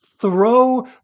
throw